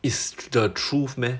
it's the truth meh